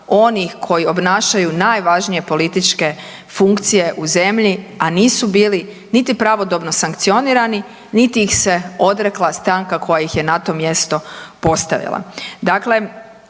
onih koji obnašaju najvažnije političke funkcije u zemlji, a nisu bili niti pravodobno sankcionirani niti ih se odrekla stranka koja ih je na to mjesto postavila.